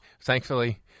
Thankfully